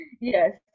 Yes